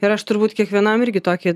ir aš turbūt kiekvienam irgi tokį